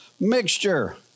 mixture